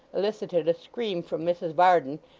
elicited a scream from mrs varden,